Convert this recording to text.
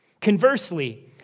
Conversely